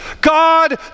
God